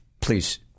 please